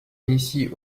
initie